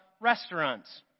restaurants